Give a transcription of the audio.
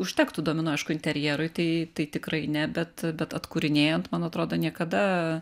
užtektų duomenų aišku interjerui tai tai tikrai ne bet bet atkūrinėjant man atrodo niekada